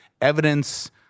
evidence